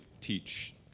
teach